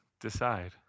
decide